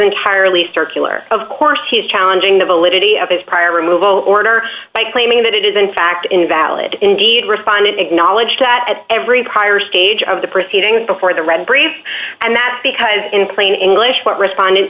entirely circular of course he is challenging the validity of his prior removal order by claiming that it is in fact invalid indeed responded acknowledge that at every prior stage of the proceedings before the read brief and that's because in plain english what responde